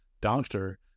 doctor